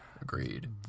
Agreed